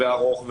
ארוך,